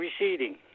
receding